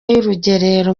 y’urugerero